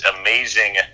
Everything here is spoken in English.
amazing